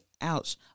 Ouch